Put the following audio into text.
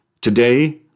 Today